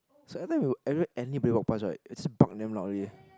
so everytime we would every anybody walk pass right is bark damn loudly